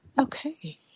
Okay